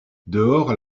dehors